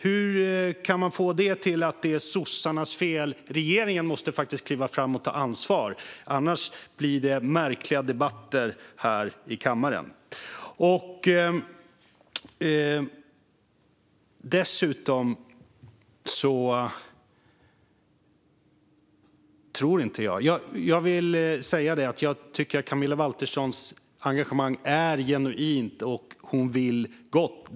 Hur kan man få det till att det är sossarnas fel? Regeringen måste faktiskt kliva fram och ta ansvar. Annars blir det märkliga debatter här i kammaren. Camilla Waltersson Grönvalls engagemang är genuint, och hon vill gott.